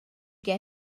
get